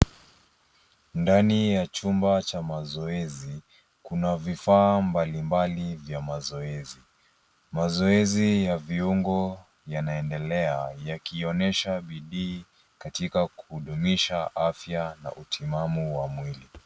Ndani ya chumba cha mazoezi kuna vifaa mbali mbali vya mazoezi. Mazoezi ya viungo vinaendelea ikionyesha bidii katika kuhudumisha afya na utimamu wa mwili.